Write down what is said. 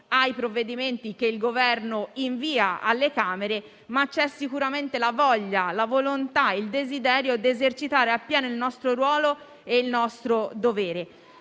ai provvedimenti che il Governo invia alle Camere. Ci sono altresì sicuramente la voglia, la volontà e il desiderio di esercitare appieno il nostro ruolo e il nostro dovere.